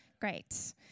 Great